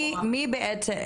מי בעצם?